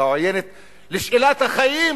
והעוינת לשאלת החיים